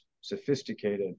sophisticated